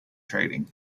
trading